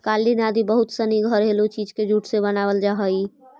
कालीन आदि बहुत सनी घरेलू चीज के जूट से बनावल जा हइ